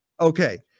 Okay